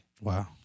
Wow